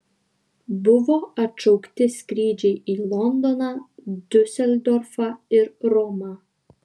buvo atšaukti skrydžiai į londoną diuseldorfą ir romą